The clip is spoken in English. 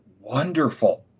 wonderful